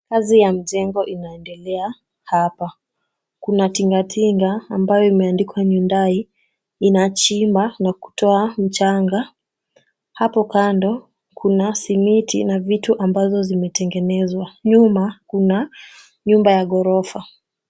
Kazi ya mjengo inaendelea hapa, kuna tingatinga ambayo imeandikwa Hyundai, inachimba na kutoa mchanga, hapo kando kuna simiti na vitu ambazo zimetengenezwa, nyuma kuna nyumba ya ghorofa.